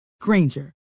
Granger